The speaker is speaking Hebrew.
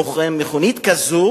מכונית כזאת